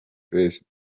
place